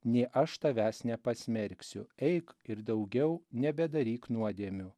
nei aš tavęs nepasmerksiu eik ir daugiau nebedaryk nuodėmių